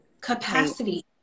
capacity